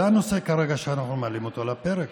זה הנושא שאנחנו מעלים כרגע על הפרק.